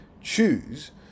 choose